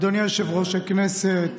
אדוני יושב-ראש הכנסת,